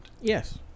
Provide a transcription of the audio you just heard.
Yes